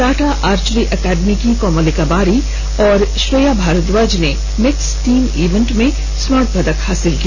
Tata archery academy की कोमोलिका बारी व श्रेय भारद्वाज ने मिक्स टीम इवेंट में स्वर्ण पदक अपने नाम किया